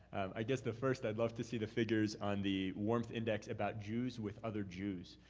i guess, the first i'd love to see the figures on the warmth index about jews with other jews.